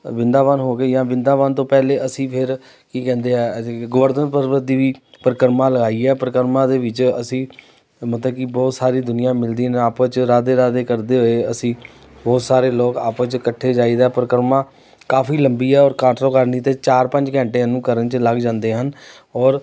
ਵ੍ਰਿੰਦਾਵਨ ਹੋ ਗਈ ਜਾਂ ਵ੍ਰਿੰਦਾਵਨ ਤੋਂ ਪਹਿਲਾਂ ਅਸੀਂ ਫਿਰ ਕੀ ਕਹਿੰਦੇ ਆ ਅਸੀਂ ਗੋਵਰਧਨ ਪਰਬਤ ਦੀ ਵੀ ਪਰਿਕਰਮਾ ਲਗਾਈ ਹੈ ਪਰਿਕਰਮਾ ਦੇ ਵਿੱਚ ਅਸੀਂ ਮਤਲਬ ਕਿ ਬਹੁਤ ਸਾਰੀ ਦੁਨੀਆ ਮਿਲਦੀ ਨੇ ਆਪਸ 'ਚ ਰਾਧੇ ਰਾਧੇ ਕਰਦੇ ਹੋਏ ਅਸੀਂ ਬਹੁਤ ਸਾਰੇ ਲੋਕ ਆਪਸ 'ਚ ਇਕੱਠੇ ਜਾਈਦਾ ਪਰਿਕਰਮਾ ਕਾਫ਼ੀ ਲੰਬੀ ਆ ਔਰ ਘੱਟ ਤੋਂ ਘੱਟ ਨਹੀਂ ਤਾਂ ਚਾਰ ਪੰਜ ਘੰਟੇ ਉਹਨੂੰ ਕਰਨ 'ਚ ਲੱਗ ਜਾਂਦੇ ਹਨ ਔਰ